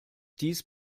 dies